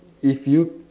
if you